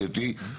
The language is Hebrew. קטי,